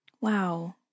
Wow